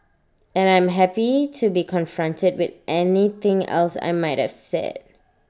and I'm happy to be confronted with anything else I might have said